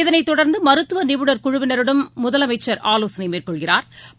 இதனைத் தொடா்ந்துமருத்துவநிபுணா் குழுவினருடனும் முதலமைச்சா் ஆலோசனைமேற்கொள்கிறாா்